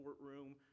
courtroom